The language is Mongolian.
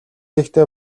ихтэй